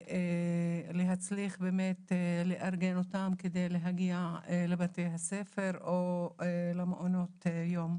ולהצליח באמת לארגן אותם כדי להגיע לבתי הספר או למעונות יום.